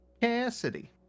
Cassidy